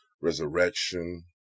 resurrection